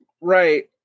right